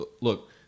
Look